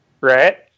Right